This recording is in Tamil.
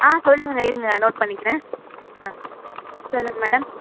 ஆ சொல்லுங்கங்க இருங்கள் நோட் பண்ணிக்கிறேன் ஆ சொல்லுங்கள் மேடம்